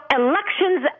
elections